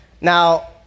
Now